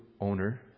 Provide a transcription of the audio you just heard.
owner